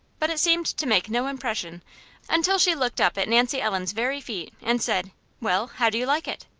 but it seemed to make no impression until she looked up at nancy ellen's very feet and said well, how do you like it?